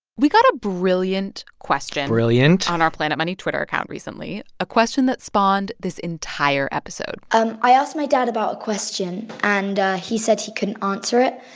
we got a brilliant question. brilliant. on our planet money twitter account recently a question that spawned this entire episode and i asked my dad about a question, and he said he couldn't answer it.